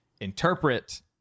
interpret